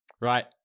Right